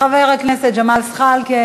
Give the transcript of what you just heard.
חבר הכנסת ג'מאל זחאלקה,